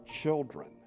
children